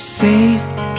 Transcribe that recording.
saved